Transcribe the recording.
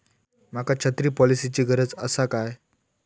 माका छत्री पॉलिसिची गरज आसा काय?